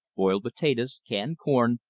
boiled potatoes, canned corn,